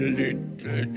little